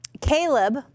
Caleb